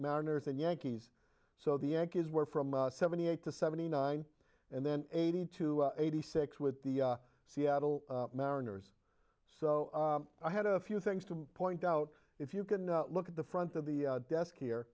mariners and yankees so the anchors were from seventy eight to seventy nine and then eighty two eighty six with the seattle mariners so i had a few things to point out if you can look at the front of the desk here